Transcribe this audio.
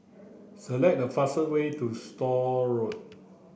select the fastest way to Store Road